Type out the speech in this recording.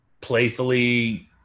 playfully